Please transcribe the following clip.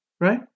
Right